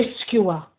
rescuer